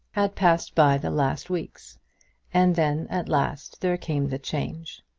had passed by the last weeks and then at last there came the change.